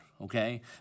okay